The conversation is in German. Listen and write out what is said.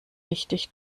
richtig